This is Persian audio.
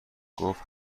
گفت